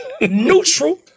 neutral